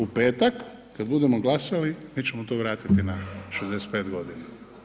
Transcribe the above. U petak kada budemo glasali mi ćemo to vratiti na 65 godina.